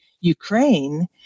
Ukraine